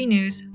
News